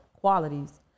qualities